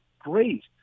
great